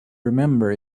remember